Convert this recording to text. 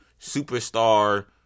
superstar